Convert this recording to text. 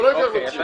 שלא ייתן נציג.